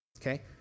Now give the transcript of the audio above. okay